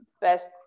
best